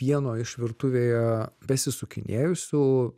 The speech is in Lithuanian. vieno iš virtuvėje besisukinėjusių